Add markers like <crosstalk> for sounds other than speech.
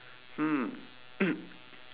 hmm <coughs>